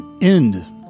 end